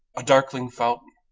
a darkling fountain.